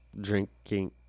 drinking